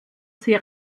sie